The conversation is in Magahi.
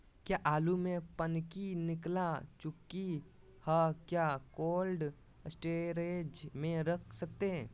क्या आलु में पनकी निकला चुका हा क्या कोल्ड स्टोरेज में रख सकते हैं?